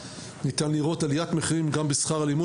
ניתן לראות עליית מחירים גם בשכר הלימוד